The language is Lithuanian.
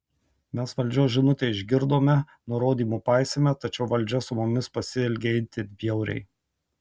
mes valdžios žinutę išgirdome nurodymų paisėme tačiau valdžia su mumis pasielgė itin bjauriai